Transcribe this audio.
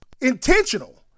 intentional